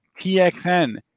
TXN